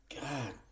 God